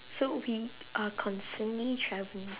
so we are constantly travelling